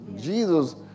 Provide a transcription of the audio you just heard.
Jesus